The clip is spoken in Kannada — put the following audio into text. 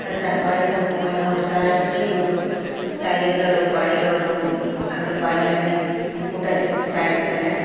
ತನ್ನ ಪಾಡಿಗೆ ತಾನು ಮೊಬೈಲ್ ನೋಡ್ತಾ ಇರುತ್ತೆ ಇವರು ತಾಯಂದಿರು ಅವ್ರ ಪಾಡಿಗೆ ಅವರು ಅದ್ರ ಬಾಯಲ್ಲಿ ಊಟ ತಿನ್ನಿಸ್ತಾ ಇರ್ತಾರೆ